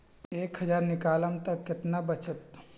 एक हज़ार निकालम त कितना वचत?